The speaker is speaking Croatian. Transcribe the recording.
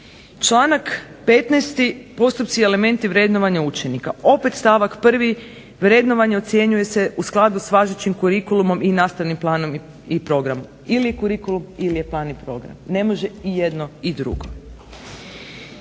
Članak 15. – postupci i elementi vrednovanja učenika. Opet stavak 1. - vrednovanje ocjenjuje se u skladu s važećim curicullumom i nastavnim planom i programom. Ili je curicullum ili je plan i program. Ne može i jedno i drugo.